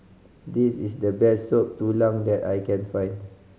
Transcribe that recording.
this is the best Soup Tulang that I can find